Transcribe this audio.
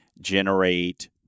generate